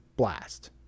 blast